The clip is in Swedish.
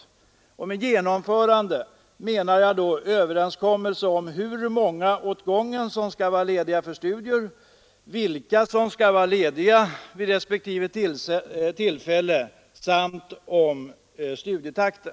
Med genomförande menar jag då överenskommelse om hur många åt gången som skall vara lediga för studier, om vilka som skall vara lediga vid respektive tillfälle samt om studietakten.